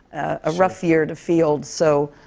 a rough year to field. so,